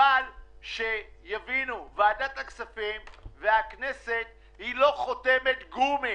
אבל שיבינו, ועדת הכספים והכנסת הן לא חותמת גומי.